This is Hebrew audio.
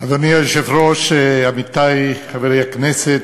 אדוני היושב-ראש, עמיתי חברי הכנסת,